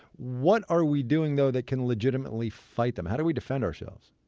what are we doing, though, that can legitimately fight them? how do we defend ourselves?